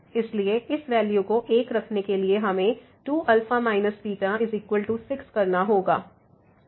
इसलिए इस वैल्यू को 1 रखने के लिए हमें 2α β6करना होगा